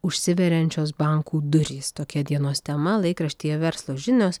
užsiveriančios bankų durys tokia dienos tema laikraštyje verslo žinios